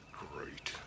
great